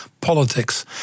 politics